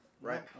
Right